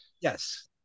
Yes